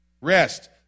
Rest